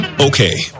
Okay